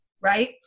right